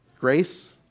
grace